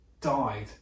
died